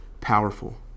powerful